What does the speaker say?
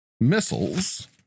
missiles